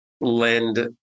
lend